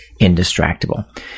indistractable